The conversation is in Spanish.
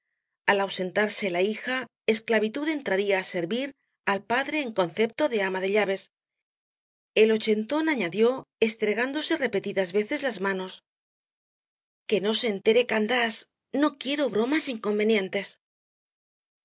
al ausentarse la hija esclavitud entraría á servir al padre en concepto de ama de llaves el ochentón añadió estregándose repetidas veces las manos que no se entere candás no quiero bromas inconvenientes